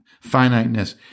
finiteness